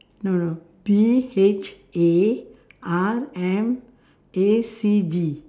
no no P H A R M A C G